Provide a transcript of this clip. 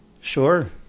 Sure